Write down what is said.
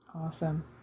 Awesome